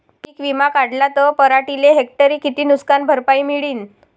पीक विमा काढला त पराटीले हेक्टरी किती नुकसान भरपाई मिळीनं?